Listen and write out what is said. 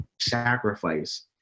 sacrifice